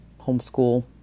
homeschool